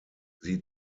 sie